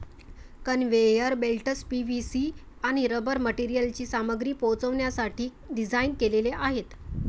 conveyor belts PVC आणि rubber मटेरियलची सामग्री पोहोचवण्यासाठी डिझाइन केलेले आहेत